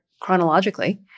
chronologically